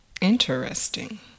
Interesting